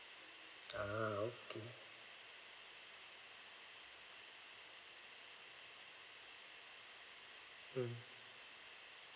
ah okay mm